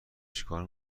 چیکار